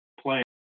playing